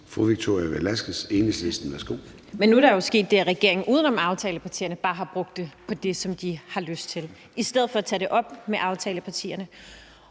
Victoria Velasquez (EL): Men nu er der jo sket det, at regeringen uden om aftalepartierne bare har brugt beløbet på det, som de havde lyst til, i stedet for at tage det op med aftalepartierne.